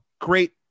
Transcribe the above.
great